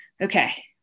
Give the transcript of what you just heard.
okay